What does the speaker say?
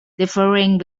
differing